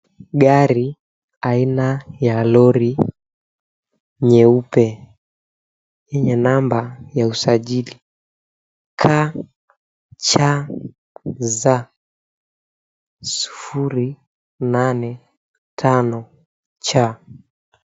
Gari aina ya lori nyeupe yenye namba ya usajili KCZ085C.